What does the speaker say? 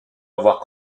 avoir